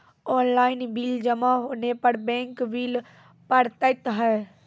Online bill जमा होने पर बैंक बिल पड़तैत हैं?